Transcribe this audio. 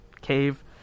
cave